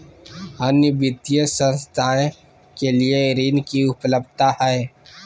अन्य वित्तीय संस्थाएं के लिए ऋण की उपलब्धता है?